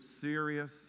serious